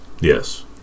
Yes